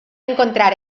encontrar